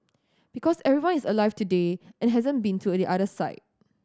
because everyone is alive today and hasn't been to the other side